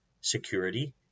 security